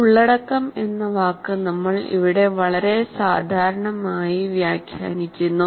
ഉള്ളടക്കം എന്ന വാക്ക് നമ്മൾ ഇവിടെ വളരെ സാധാരണമായി വ്യാഖ്യാനിക്കുന്നു